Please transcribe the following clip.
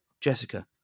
Jessica